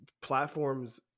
platforms